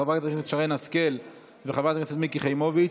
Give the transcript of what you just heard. חברת הכנסת שרן השכל וחברת הכנסת מיקי חיימוביץ'.